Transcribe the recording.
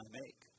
make